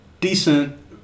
decent